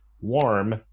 warm